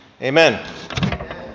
Amen